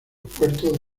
puertos